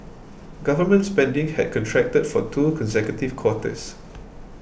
government spending had contracted for two consecutive quarters